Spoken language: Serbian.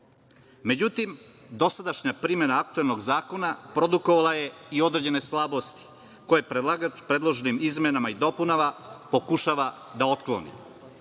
Međutim, dosadašnja primena aktuelnog zakona produkovala je i određene slabosti, koje predlagač predloženim izmenama i dopunama pokušava da otkloni.